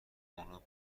اونو